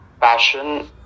passion